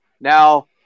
Now